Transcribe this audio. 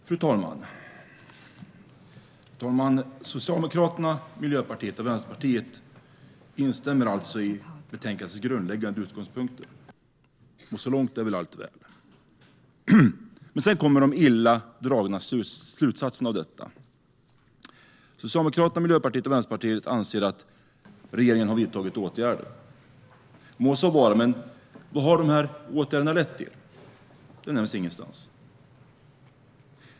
Fru talman! Socialdemokraterna, Miljöpartiet och Vänsterpartiet instämmer i betänkandets grundläggande utgångspunkter. Så långt är allt väl. Sedan kommer de illa dragna slutsatserna av detta. Socialdemokraterna, Miljöpartiet och Vänsterpartiet anser att regeringen har vidtagit åtgärder. Må så vara, men vad har de här åtgärderna lett till? Det nämns ingenstans.